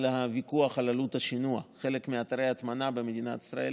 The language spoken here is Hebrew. הוויכוח על עלות השינוע: חלק מאתרי ההטמנה במדינת ישראל